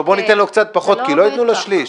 או בואו ניתן לו קצת פחות כי לא ייתנו לו שליש?